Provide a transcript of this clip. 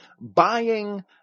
buying